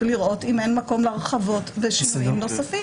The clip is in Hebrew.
ולראות אם אין מקום להרחבות ולשינויים נוספים.